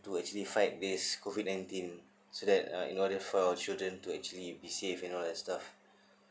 to actually fight this COVID Nineteen so that uh in order for children to actually be safe and all that stuff